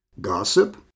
gossip